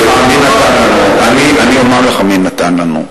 הדמוקרטיה, אני אומר לך מי נתן לנו.